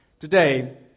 Today